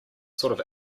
sort